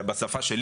בשפה שלי.